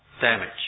damage